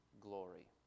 glory